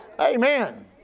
Amen